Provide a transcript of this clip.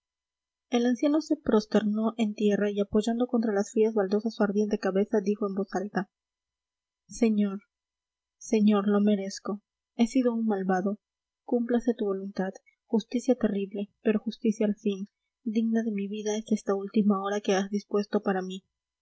el anciano se prosternó en tierra y apoyando contra las frías baldosas su ardiente cabeza dijo en voz alta señor señor lo merezco he sido un malvado cúmplase tu voluntad justicia terrible pero justicia al fin digna de mi vida es esta última hora que has dispuesto para mí